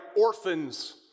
orphans